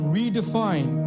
redefine